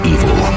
Evil